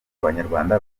abanyarwanda